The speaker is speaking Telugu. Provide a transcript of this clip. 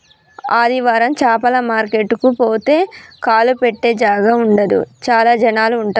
ఆదివారం చాపల మార్కెట్ కు పోతే కాలు పెట్టె జాగా ఉండదు చాల జనాలు ఉంటరు